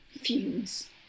fumes